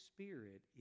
Spirit